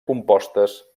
compostes